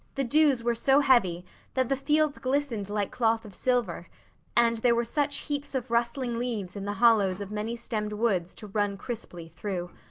the dews were so heavy that the fields glistened like cloth of silver and there were such heaps of rustling leaves in the hollows of many-stemmed woods to run crisply through.